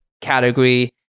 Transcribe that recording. category